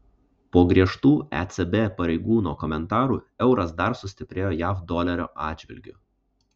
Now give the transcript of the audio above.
po griežtų ecb pareigūno komentarų euras dar sustiprėjo jav dolerio atžvilgiu